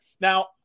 Now